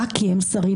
רק כי הם שרים,